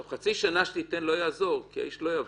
חצי שנה שתיתן לא תעזור כי האיש לא יבוא,